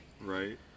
Right